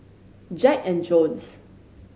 Jack and Jones